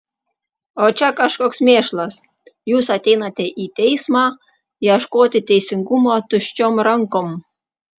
o čia kažkoks mėšlas jūs ateinate į teismą ieškoti teisingumo tuščiom rankom